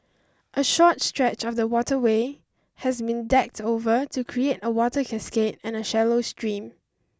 a short stretch of the waterway has been decked over to create a water cascade and a shallow stream